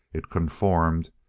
it conformed,